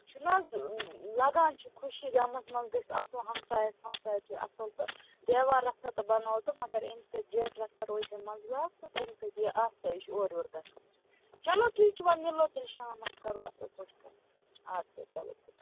چھُنہٕ حظ لگان چھُ خوٚشی غمس منٛز گَژھِ آسُن ہمسایَس ہمسایَس سۭتی اصٕل تہٕ دیوار رَژھا تہِ بناوَو تہٕ مگر اَمہِ سۭتۍ گیٹہٕ رژھا تہِ روزِ ہے منٛزباگ تہٕ تمہِ سٍتۍ یِیہِ ہے آسٲیِش اورٕیور گَژھنٕچ چلو ٹھیٖک چھُ وۅنۍ میلو تیٚلہِ شامس کَرو اصٕل پٲٹھۍ کَتھ آدٕسا چلو